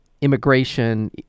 immigration